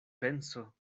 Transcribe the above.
penso